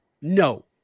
no